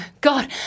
god